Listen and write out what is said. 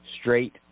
straight